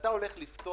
יש נתונים על זה